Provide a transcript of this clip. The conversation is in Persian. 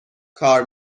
کار